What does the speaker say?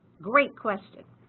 great question!